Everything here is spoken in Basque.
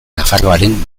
nafarroaren